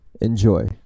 enjoy